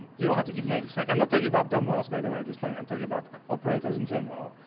you don't have to give names like i'm not talking about dumb whales. by the way at this point i'm talking about operators in general.